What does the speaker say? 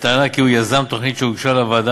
בטענה כי הוא יזם תוכנית שהוגשה לוועדה